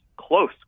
close